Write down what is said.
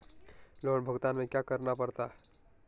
loan भुगतान में क्या क्या करना पड़ता है